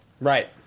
Right